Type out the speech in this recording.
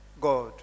God